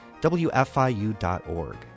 wfiu.org